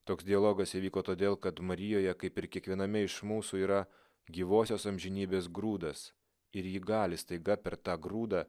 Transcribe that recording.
toks dialogas įvyko todėl kad marijoje kaip ir kiekviename iš mūsų yra gyvosios amžinybės grūdas ir ji gali staiga per tą grūdą